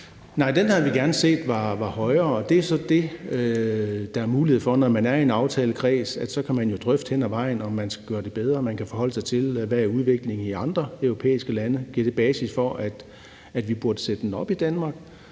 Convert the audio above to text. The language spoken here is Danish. Nej, den havde vi gerne set var blevet højere, og det er så det, man har mulighed for, når man er en del af en aftalekreds, nemlig at man så kan drøfte hen ad vejen, om man kan gøre det bedre, og man kan forholde sig til, hvad udviklingen er i andre europæiske lande, og om det giver basis for, at vi burde sætte den op i Danmark.